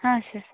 ಹಾಂ ಸರ್